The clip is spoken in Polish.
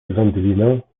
wędlinę